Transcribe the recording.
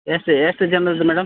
ಎಷ್ಟು ಎಷ್ಟು ಜನರದ್ದು ಮೇಡಮ್